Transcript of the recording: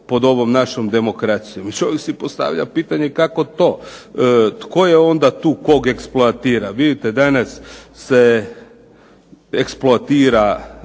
pod ovom našom demokracijom i čovjek si postavlja pitanje kako to, tko je onda tu koga eksploatira. Evo vidite danas se eksploatira